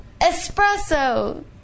Espresso